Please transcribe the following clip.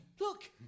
Look